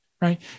Right